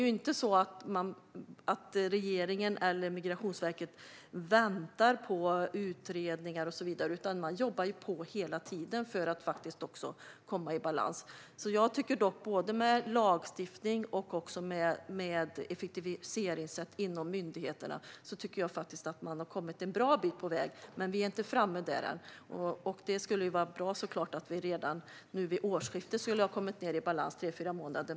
Regeringen och Migrationsverket sitter alltså inte bara och väntar på utredningar och så vidare, utan man jobbar på hela tiden för att det hela ska komma i balans. Med lagstiftning och olika sätt att effektivisera inom myndigheterna tycker jag att man har kommit en bra bit på väg. Vi är dock inte framme än, och det skulle såklart vara bra om man redan vid årsskiftet skulle ha kommit i balans med tre fyra månader.